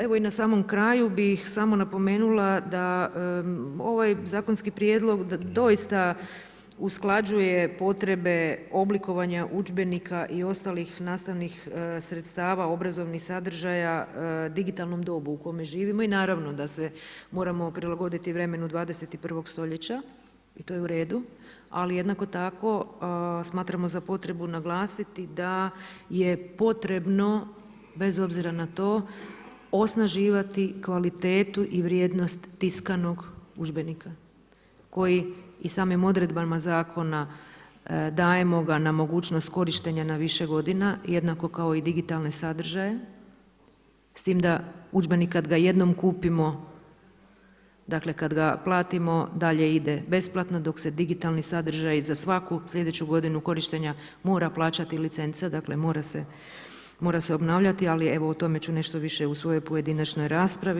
Evo i na samom kraju bih samo napomenula da ovaj zakonski prijedlog doista usklađuje potrebe oblikovanja udžbenika i ostalih nastavnih sredstava, obrazovnih sadržaja, digitalnom dobu u kome živimo i naravno da se moramo prilagoditi vremenu 21. stoljeća i to je u redu, ali jednako tako smatramo za potrebu naglasiti da je potrebno, bez obzira na to, osnaživati kvalitetu i vrijednost tiskanog udžbenika koji i samim odredbama zakona dajemo ga na mogućnost korištenja na više godina, jednako kao i digitalne sadržaje s tim da udžbenik kad ga jednom kupimo, dakle kad ga platimo dalje ide besplatno dok se digitalni sadržaji za svaku sljedeću godinu korištenja mora plaćati licence, dakle mora se obnavljati, ali evo o tome ću nešto više u svojoj pojedinačnoj raspravi.